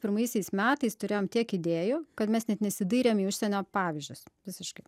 pirmaisiais metais turėjom tiek idėjų kad mes net nesidairėm į užsienio pavyzdžius visiškai